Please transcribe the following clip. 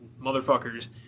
motherfuckers